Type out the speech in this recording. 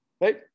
right